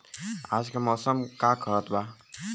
आज क मौसम का कहत बा?